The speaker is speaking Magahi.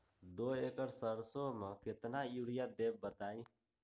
दो एकड़ सरसो म केतना यूरिया देब बताई?